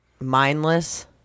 mindless